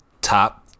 top